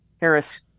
Harris